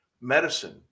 medicine